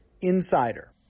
insider